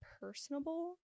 personable